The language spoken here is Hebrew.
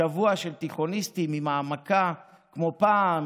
שבוע של תיכוניסטים עם העמקה כמו פעם,